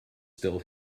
still